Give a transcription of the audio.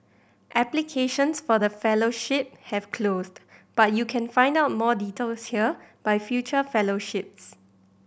applications for the fellowship have closed but you can find out more details here by future fellowships